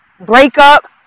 breakup